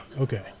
Okay